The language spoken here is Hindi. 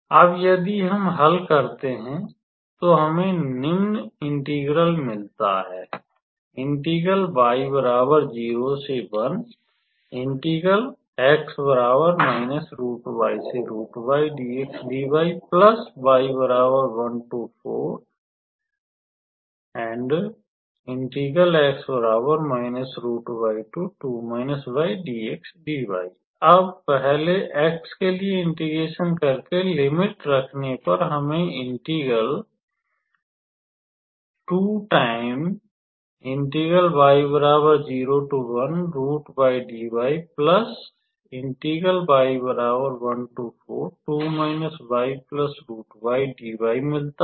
अब यदि हम हल करते हैं तो हमें निम्न इंटेग्र्ल मिलता है अब पहले x के लिए इंटिग्रेशन करके लिमिट रखने पर हमें इंटेग्र्ल मिलता है